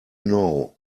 know